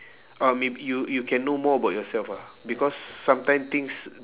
ah may~ you you can know more about yourself ah because sometime things